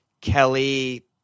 Kelly